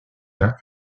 d’un